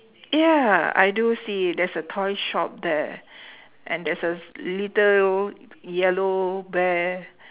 ya I do see there's a toy shop there and there's a little yellow bear